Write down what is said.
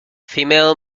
female